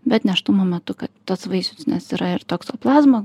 bet nėštumo metu ka tas vaisius nes yra ir toksoplazma